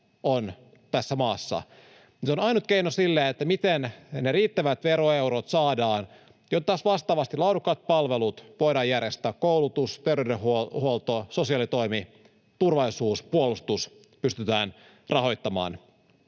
on tässä maassa. Se on ainut keino siihen, että riittävät veroeurot saadaan, jotta taas vastaavasti laadukkaat palvelut voidaan järjestää — koulutus, terveydenhuolto, sosiaalitoimi, turvallisuus, puolustus — ja pystytään rahoittamaan.